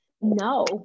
no